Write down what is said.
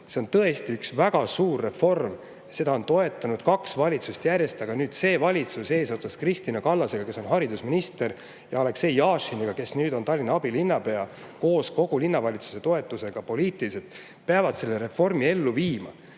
See on tõesti väga suur reform. Seda on toetanud kaks valitsust järjest, aga nüüd see valitsus eesotsas Kristina Kallasega, kes on haridusminister, ja Aleksei Jašin, kes nüüd on Tallinna abilinnapea ja keda poliitiliselt toetab kogu linnavalitsus, peavad selle reformi ellu viima.